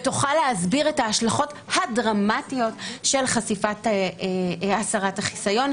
ותוכל להסביר את ההשלכות הדרמטיות של חשיפת הסרת החיסיון,